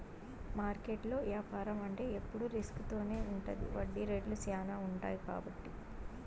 మార్కెట్లో యాపారం అంటే ఎప్పుడు రిస్క్ తోనే ఉంటది వడ్డీ రేట్లు శ్యానా ఉంటాయి కాబట్టి